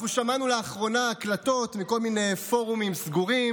שמענו לאחרונה הקלטות מכל מיני פורומים סגורים